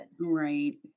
Right